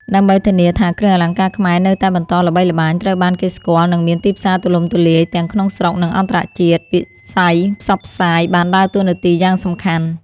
ដើម្បីធានាថាគ្រឿងអលង្ការខ្មែរនៅតែបន្តល្បីល្បាញ ត្រូវបានគេស្គាល់ និងមានទីផ្សារទូលំទូលាយ ទាំងក្នុងស្រុក និងអន្តរជាតិ វិស័យផ្សព្វផ្សាយ បានដើរតួនាទីយ៉ាងសំខាន់។